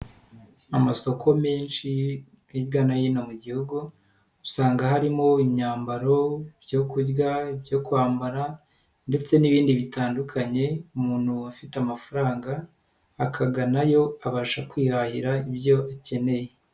Amasoko menshi hirya no hino mu gihugu, usanga harimo imyambaro, ibyo kurya, ibyo kwambara ndetse n'ibindi bitandukanye, umuntu afite amafaranga, akaganayo abasha kwihahira ibyo akeneye.